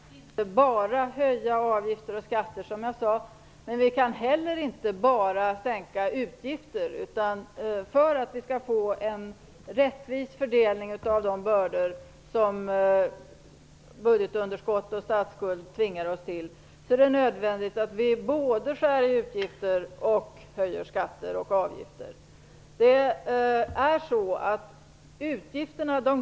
Fru talman! Det är alldeles riktigt att vi inte bara kan höja skatter och avgifter. Men vi kan heller inte bara sänka utgifter. För att vi skall få en rättvis fördelning av de bördor som budgetunderskott och statsskuld tvingar oss till är det nödvändigt att vi både skär i utgifter och höjer skatter och avgifter. Utgifterna går till gamla, sjuka och barnfamiljer.